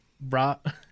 brought